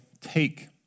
take